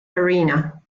arena